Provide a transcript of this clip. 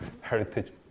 heritage